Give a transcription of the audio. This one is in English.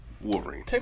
Wolverine